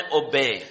obey